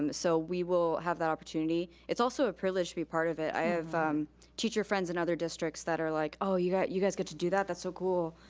um so we will have that opportunity. it's also a privilege to be part of it. i have teacher friends in other districts that are like, oh, you guys you guys get to do that? that's so cool.